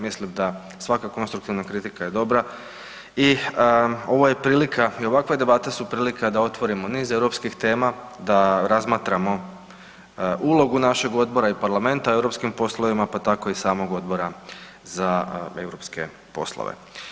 Mislim da svaka konstruktivna kritika je dobra i ovo je prilika i ovakve debate su prilika da otvorimo niz europskih tema, da razmatramo ulogu našeg odbora i Parlamenta u europskim poslovima pa tako i samog Odbora za europske poslove.